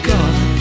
God